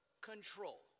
control